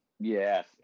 Yes